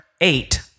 eight